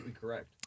correct